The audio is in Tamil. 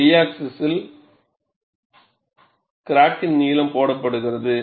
Y ஆக்ஸிஸ் கிராக்கின் நீளம் போடப்படுகிறது